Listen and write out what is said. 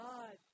God